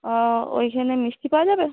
ও ওইখানে মিষ্টি পাওয়া যাবে